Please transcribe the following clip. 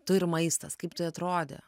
tu ir maistas kaip tai atrodė